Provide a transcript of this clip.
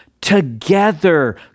together